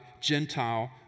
Gentile